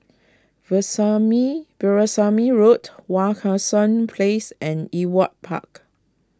Veerasamy Road Wak Hassan Place and Ewart Park